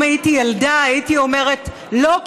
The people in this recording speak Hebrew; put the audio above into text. אם הייתי ילדה הייתי אומרת: לא,